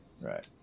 Right